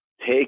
take